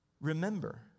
remember